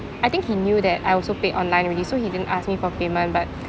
I think he knew that I also paid online already so he didn't ask me for payment but